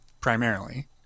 primarily